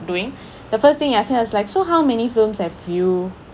doing the first thing I say was like so how many films have you